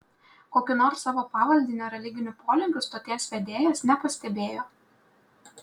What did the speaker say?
kokių nors savo pavaldinio religinių polinkių stoties vedėjas nepastebėjo